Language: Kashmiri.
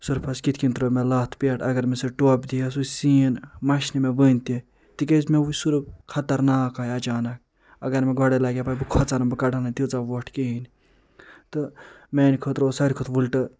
سۄرفَس کِتھ کٔنۍ ترٛٲو مےٚ لَتھ پٮ۪ٹھ اگر مےٚ سُہ ٹۄپھ دی ہا سُہ سیٖن مَشہٕ نہٕ مےٚ وٕنۍ تہِ تِکیٛازِ مےٚ وٕچھ سۄرُف خطرناک آے اچانک اگر مےٚ گۄڈَے لَگہِ ہا پَے بہٕ کھۄژٕہا نہٕ بہٕ کَڑٕہا نہٕ تیٖژاہ وۄٹھ کِہیٖنۍ تہٕ میٛانہِ خٲطرٕ اوس ساروے کھۄتہٕ وٕلٹہٕ